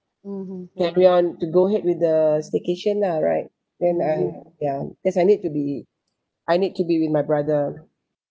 carry on to go ahead with the staycation ah right then I ya cause I need to be I need to be with my brother